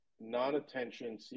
non-attention